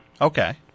Okay